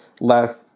left